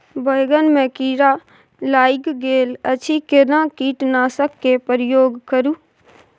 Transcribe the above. बैंगन में कीरा लाईग गेल अछि केना कीटनासक के प्रयोग करू?